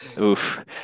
oof